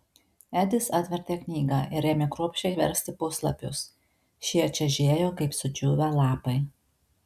edis atvertė knygą ir ėmė kruopščiai versti puslapius šie čežėjo kaip sudžiūvę lapai